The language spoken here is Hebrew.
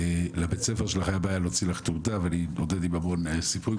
לבית הספר שלך הייתה בעיה להוציא לך תעודה והוא התמודד עם המון סיפורים.